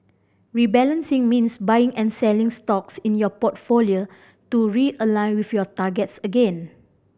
rebalancing means buying and selling stocks in your portfolio to realign with your targets again